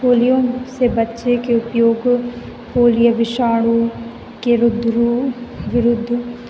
polio से बच्चे के उपयोग पोलियो विषाणु के विरुद्ध